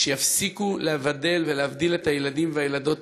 יפסיקו לבדל ולהבדיל את הילדים והילדות